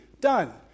Done